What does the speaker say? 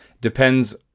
depends